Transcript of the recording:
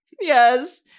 Yes